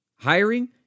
Hiring